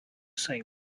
same